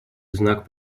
знак